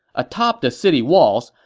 atop the city walls,